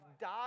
died